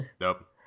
Nope